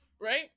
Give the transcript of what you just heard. Right